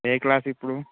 ఏ class ఇప్పుడు